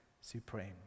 supreme